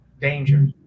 danger